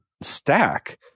stack